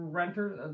renters